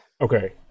Okay